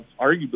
arguably